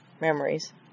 memories